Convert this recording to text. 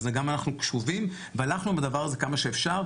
אז גם אנחנו קשובים והלכנו עם הדבר הזה כמה שאפשר,